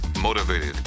motivated